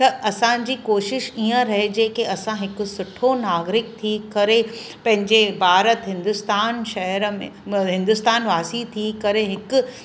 त असांजी कोशिशि ईअं रहिजे कि असां हिकु सुठो नागरिक थी करे पंहिंजे भारत हिंदुस्तान शहर में हिंदुस्तान वासी थी करे हिकु